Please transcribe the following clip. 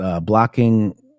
blocking